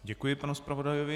Děkuji panu zpravodajovi.